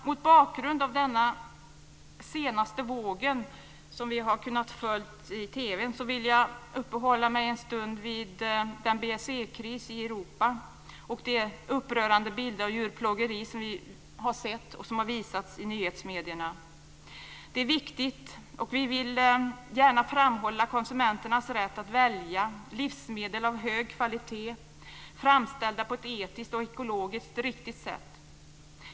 Mot bakgrund av den senaste våg som vi har kunnat följa i TV vill jag uppehålla mig en stund vid BSE-krisen i Europa och de upprörande bilderna av djurplågeri som har visats i nyhetsmedierna. Det är viktigt. Vi vill gärna framhålla konsumenternas rätt att välja livsmedel av hög kvalitet framställda på ett etiskt och ekologiskt riktigt sätt.